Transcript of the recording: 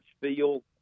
field